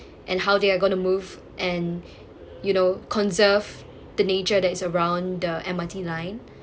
and how they are going gonna move and you know conserve the nature that is around the M_R_T line